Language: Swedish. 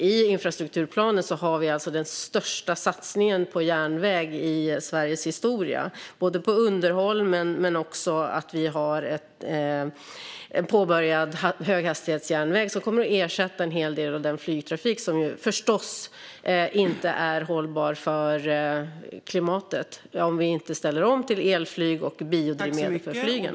I infrastrukturplanen har vi den största satsningen på järnväg i Sveriges historia, både på underhåll och på den påbörjade höghastighetsjärnvägen som kommer att ersätta en hel del av den flygtrafik som ju förstås inte är hållbar för klimatet - om vi inte ställer om till elflyg och biodrivmedel för flygen.